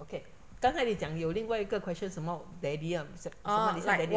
okay 刚才你讲有另外一个 question 什么 daddy 要你像什么你像 daddy